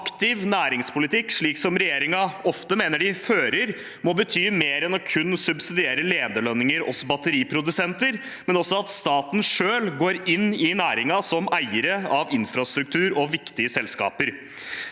aktiv næringspolitikk, slik som regjeringen ofte mener de fører, må bety mer enn kun å subsidiere lederlønninger hos batteriprodusenter. Det må også bety at staten selv går inn i næringen som eiere av infrastruktur og viktige selskaper.